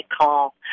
call